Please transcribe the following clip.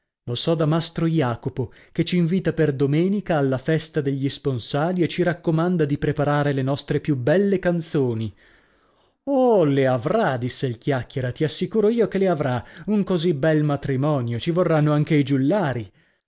lo so da mastro jacopo che c'invita per domenica alla festa degli sponsali e ci raccomanda di preparare le nostre più belle canzoni oh le avrà disse il chiacchiera ti assicuro io che le avrà un così bel matrimonio ci vorranno anche i giullari